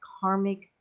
karmic